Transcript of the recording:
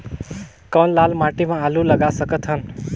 कौन लाल माटी म आलू लगा सकत हन?